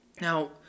Now